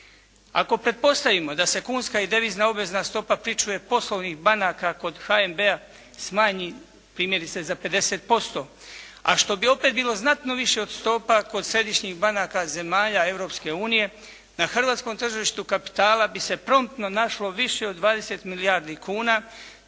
Ako pretpostavimo da se kunska i devizna obvezna stopa pričuve poslovnih banaka kod HNB-a smanji primjerice za 50% a što bi opet bilo znatno više od stopa kod središnjih banaka zemalja Europske unije, na hrvatskom tržištu kapitala bi se promptno našlo više od 20 milijardi kuna